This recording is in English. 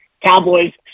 Cowboys